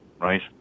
right